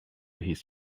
his